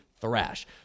Thrash